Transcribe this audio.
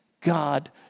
God